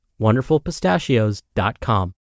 WonderfulPistachios.com